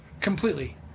completely